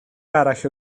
arall